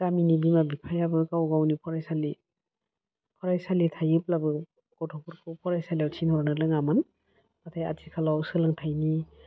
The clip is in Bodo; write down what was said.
गामिनि बिमा बिफायाबो गाव गावनि फरायसालि फरायसालि थायोब्लाबो गथ'फोरखौ फरायसालियाव थिनहरनो रोङामोन नाथाय आथिखालाव सोलोंथाइनि